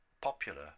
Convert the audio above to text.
popular